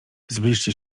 zbliżcie